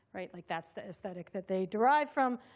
right. like that's the aesthetic that they derive from.